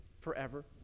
forever